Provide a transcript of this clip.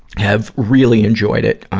have really enjoyed it.